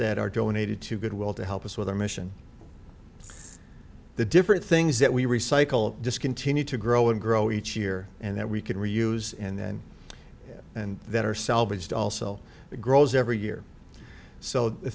that are donated to goodwill to help us with our mission the different things that we recycle discontinued to grow and grow each year and that we can reuse and then and that are salvaged also the grows every year so the